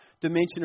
dimension